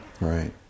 Right